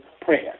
prayer